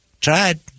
Tried